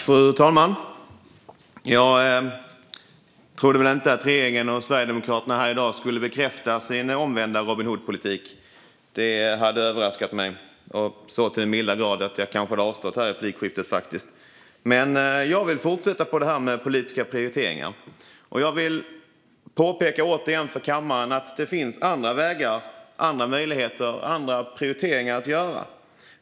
Fru talman! Jag trodde väl inte att regeringen och Sverigedemokraterna här i dag skulle bekräfta sin omvända Robin Hood-politik. Det hade överraskat mig så till den milda grad att jag kanske faktiskt hade avstått det här inlägget. Jag vill dock fortsätta prata om detta med politiska prioriteringar. Jag vill återigen påpeka för kammaren att det finns andra vägar att ta, andra möjligheter att titta på och andra prioriteringar att göra.